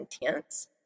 intense